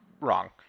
wrong